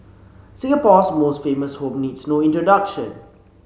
Singapore's most famous home needs no introduction